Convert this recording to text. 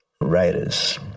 writers